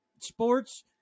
sports